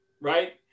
right